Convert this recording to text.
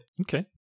Okay